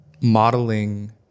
modeling